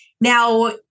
Now